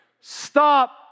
Stop